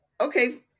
okay